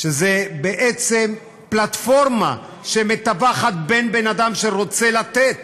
שזו בעצם פלטפורמה שמתווכת בין בן אדם שרוצה לתת